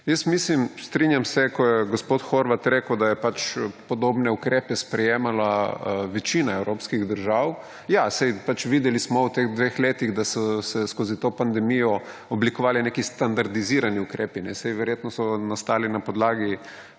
posledic. Strijam se, ko je gospod Horvat rekel, da je podobne ukrepe sprejemala večina evropskih držav. Ja, videli smo v teh dveh letih, da so se skozi to pandemijo oblikovali neki standardizirani ukrepi, saj verjetno so nastali na podlagi